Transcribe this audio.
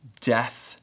death